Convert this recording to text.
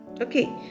Okay